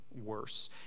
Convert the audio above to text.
worse